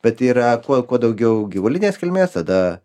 bet yra kuo kuo daugiau gyvulinės kilmės tada